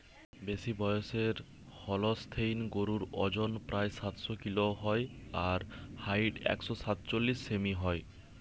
বেশিবয়সের Holstein গরুর অজন প্রায় সাতশ কিলো হয় আর হাইট একশ সাতচল্লিশ সেমি হয়